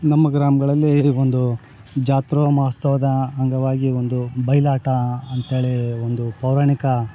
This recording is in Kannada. ನಮ್ಮ ಗ್ರಾಮಗಳಲ್ಲಿ ಇದು ಬಂದು ಜಾತ್ರಾ ಮಹೋತ್ಸವದ ಅಂಗವಾಗಿ ಈ ಒಂದು ಬಯಲಾಟ ಅಂಥೇಳಿ ಒಂದು ಪೌರಾಣಿಕ